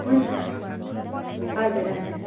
हुन्छ हजुर हजुर